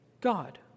God